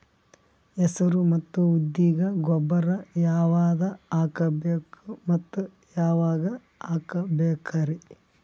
ಹೆಸರು ಮತ್ತು ಉದ್ದಿಗ ಗೊಬ್ಬರ ಯಾವದ ಹಾಕಬೇಕ ಮತ್ತ ಯಾವಾಗ ಹಾಕಬೇಕರಿ?